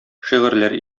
шигырьләр